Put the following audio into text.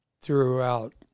throughout